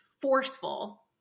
forceful